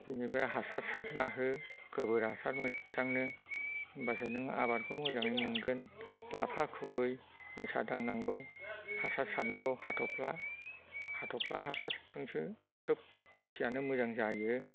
बिनिफ्राय हासार सारना हो गोबोर हासार मोजांनो होमबासो नों आबादखौ मोजाङै मोनगोन लाफा खुबै माइसा दांनांगौ हासार सारनांगौ हाथ'फ्ला हाथ'फ्ला हासारजोंसो सोब खेथियानो मोजां जायो